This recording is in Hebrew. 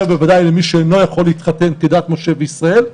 בוודאי ובוודאי למי שאינו יכול להתחתן כדת משה וישראל,